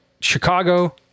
Chicago